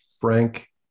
Frank